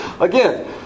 Again